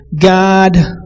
God